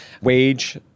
wage